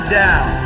down